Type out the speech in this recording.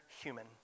human